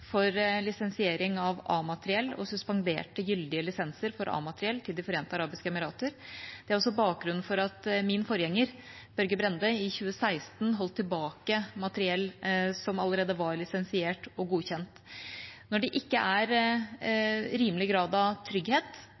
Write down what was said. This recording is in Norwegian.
for lisensiering av A-materiell og suspenderte gyldige lisenser for A-materiell til De forente arabiske emirater. Det er også bakgrunnen for at min forgjenger, Børge Brende, i 2016 holdt tilbake materiell som allerede var lisensiert og godkjent. Når det ikke er rimelig grad av trygghet,